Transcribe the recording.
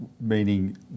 meaning